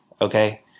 okay